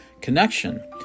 connection